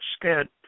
scared